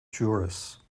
juris